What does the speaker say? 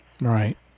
Right